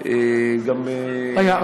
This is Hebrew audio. רגע.